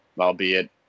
albeit